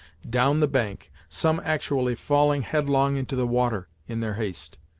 down the bank, some actually falling headlong into the water, in their haste.